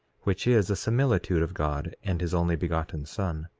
which is a similitude of god and his only begotten son.